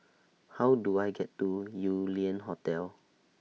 How Do I get to Yew Lian Hotel